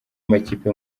amakipe